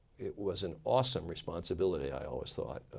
it was an awesome responsibility i always thought.